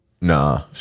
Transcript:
Nah